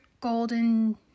golden